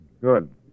Good